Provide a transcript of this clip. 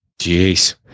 Jeez